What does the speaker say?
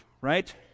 right